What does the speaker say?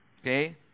Okay